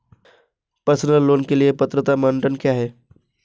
Personal loan के लिए पात्रता मानदंड क्या हैं?